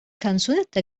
kanzunetta